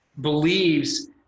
believes